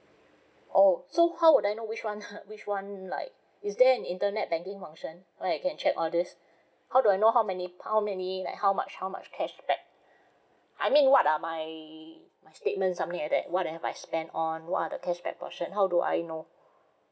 oh so how would I know which one which one like is there an internet banking motion like can check all this how do I know how many many like how much how much cashback I mean what are my my statement something like that what have I spend on what are cashback portion how do I know